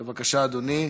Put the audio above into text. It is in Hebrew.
בבקשה, אדוני,